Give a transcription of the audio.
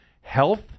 health